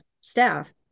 staff